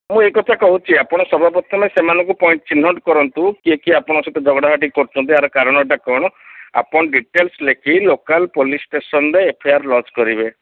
ମୁଁ ଏଇ କଥା କହୁଛି ଆପଣ ସର୍ବ ପ୍ରଥମେ ସେମାନଙ୍କୁ ପଏଣ୍ଟ୍ ଚିହ୍ନଟ କରନ୍ତୁ କିଏ କିଏ ଆପଣଙ୍କ ସହିତ ଝଗଡ଼ା ଝାଣ୍ଟି କରୁଛନ୍ତି ଆର କାରଣଟା କ'ଣ ଆପଣ ଡିଟେଲ୍ସ୍ ଲେଖି ଲୋକାଲ୍ ପୋଲିସ୍ ଷ୍ଟେସନ୍ରେ ଏଫ୍ ଆଇ ଆର୍ ଲଜ୍ କରିବେ